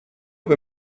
wir